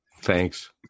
Thanks